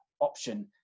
option